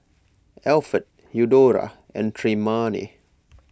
Alferd Eudora and Tremayne